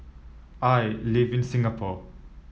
I live in Singapore